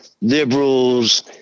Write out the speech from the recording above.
liberals